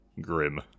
grim